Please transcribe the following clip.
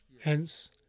Hence